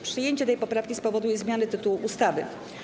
Przyjęcie tej poprawki spowoduje zmianę tytułu ustawy.